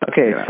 Okay